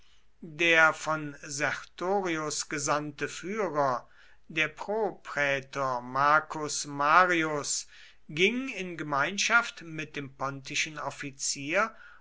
der von sertorius gesandte führer der proprätor marcus marius ging in gemeinschaft mit dem pontischen offizier